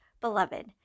beloved